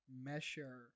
measure